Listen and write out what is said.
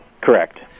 Correct